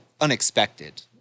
unexpected